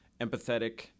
empathetic